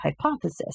hypothesis